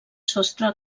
sostre